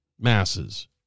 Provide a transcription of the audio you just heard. masses